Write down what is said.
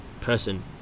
person